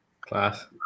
Class